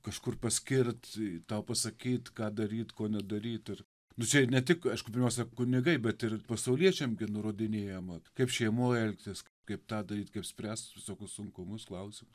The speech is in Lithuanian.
kažkur paskirt tau pasakyt ką daryt ko nedaryt ir nu čia ir ne tik aišku pirmiausia kunigai bet ir pasauliečiam nurodinėjama kaip šeimoj elgtis kaip tą daryt kaip spręst visokius sunkumus klausimus